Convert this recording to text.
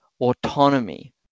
autonomy